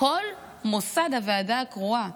כל מוסד הוועדה הקרואה,